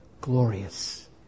glorious